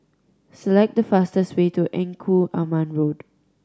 select the fastest way to Engku Aman Road